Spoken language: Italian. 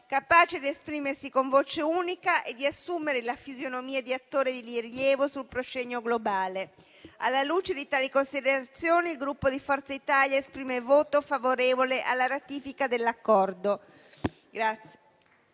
capace di esprimersi con voce unica e di assumere la fisionomia di attore di rilievo sul proscenio globale. Alla luce di tali considerazioni, il Gruppo Forza Italia esprime voto favorevole alla ratifica dell'Accordo.